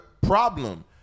problem